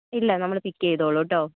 ഇല്ല നമ്മൾ പിക്ക് ചെയ്തോളും കേട്ടോ